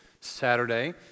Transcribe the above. Saturday